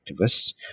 activists